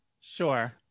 Sure